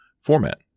format